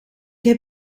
heb